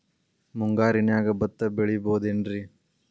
ಮುಂಗಾರಿನ್ಯಾಗ ಭತ್ತ ಬೆಳಿಬೊದೇನ್ರೇ?